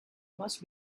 must